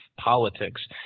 politics